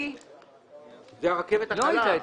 לא היית אתמול.